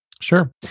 Sure